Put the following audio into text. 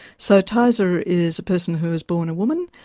so tyza is a person who was born a woman,